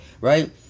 right